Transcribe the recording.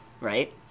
right